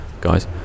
guys